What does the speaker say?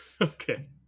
Okay